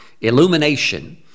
illumination